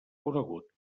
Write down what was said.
conegut